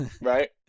Right